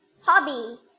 hobby